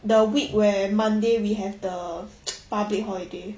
the week where monday we have the public holiday